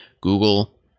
Google